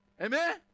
Amen